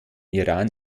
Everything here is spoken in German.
iran